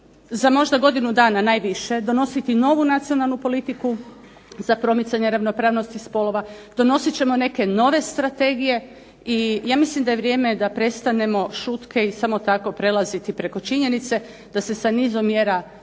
mi za godinu dana najviše donositi novu Nacionalnu politiku za promicanje ravnopravnosti spolova, donosit ćemo neke nove strategije i i ja mislim da je vrijeme da prestanemo šutke i samo tako prelaziti preko činjenice da se sa nizom mjera